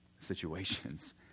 situations